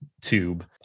tube